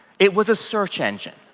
it was a search engine.